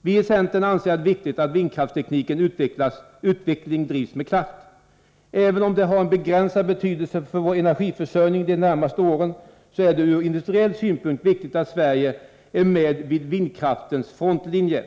Vi i centern anser det viktigt att vindkraftsteknikens utveckling drivs med kraft. Även om det har en begränsad betydelse för vår energiförsörjning under de närmaste åren, är det ur industriell synpunkt viktigt att Sverige är med vid vindkraftens frontlinje.